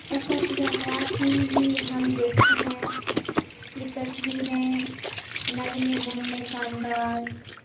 اشتہارات میں بھی ہم دیکھتے ہیں کہ تصویریں نغمے بولنے کا انداز